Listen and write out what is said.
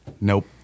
Nope